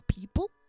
people